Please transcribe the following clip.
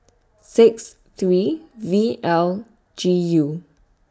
six three V L G U